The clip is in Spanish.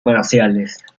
marciales